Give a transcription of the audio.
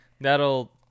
that'll